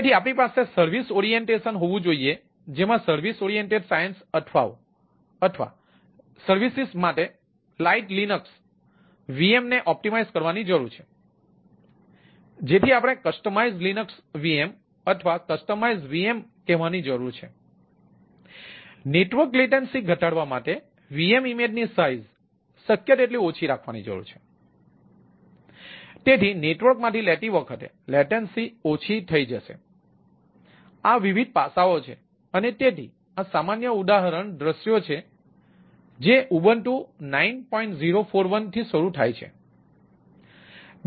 તેથી આપણી પાસે સર્વિસ ઓરિએન્ટેશન થી શરૂ થાય છે